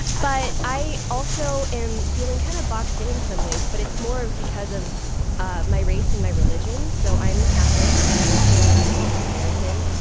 but i also am feeling kind of boxed in in some ways. but it's more of because of ah my race and my religion. so i'm catholic and i'm also vietnamese american.